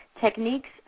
techniques